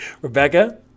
Rebecca